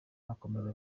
akomeza